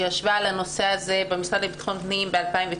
שישבה על הנושא הזה במשרד לביטחון הפנים ב-2019